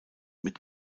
mit